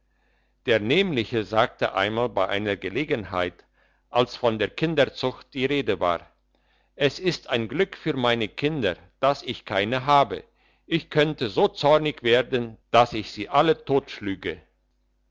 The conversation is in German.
der nämliche sagte einmal bei einer gelegenheit als von der kinderzucht die rede war es ist ein glück für meine kinder dass ich keine habe ich könnte so zornig werden dass ich sie alle totschlüge